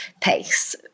pace